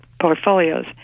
portfolios